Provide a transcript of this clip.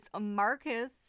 Marcus